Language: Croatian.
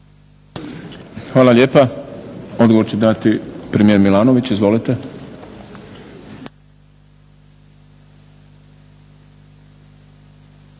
Hvala lijepa. Odgovor će dati premijer Milanović. Izvolite.